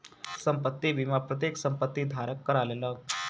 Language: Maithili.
संपत्ति बीमा प्रत्येक संपत्ति धारक करा लेलक